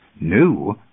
New